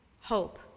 Hope